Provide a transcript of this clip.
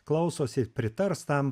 klausosi pritars tam